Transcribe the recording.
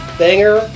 banger